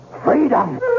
Freedom